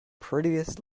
prettiest